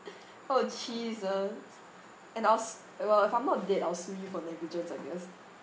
oh jesus and I'll s~ well if I'm not dead I'll sue you for damages I guess